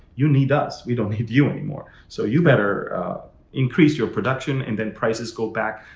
you need us. we don't need you anymore, so you better increase your production and then prices go back.